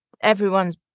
everyone's